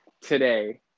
today